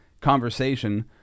conversation